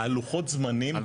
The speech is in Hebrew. לוחות הזמנים,